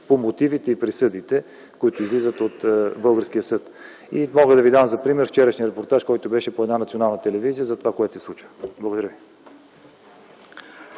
по мотивите, по присъдите, които излизат от българския съд. Мога да Ви дам за пример вчерашния репортаж, който беше по една национална телевизия, за това, което се случи. Благодаря.